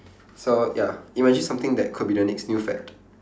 so ya imagine something that could be the next new fad